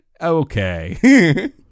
okay